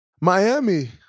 Miami